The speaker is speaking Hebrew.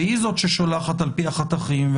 והיא זאת ששולחת על-פי החתכים.